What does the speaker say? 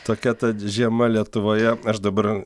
tokia tad žiema lietuvoje aš dabar